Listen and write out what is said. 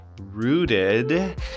rooted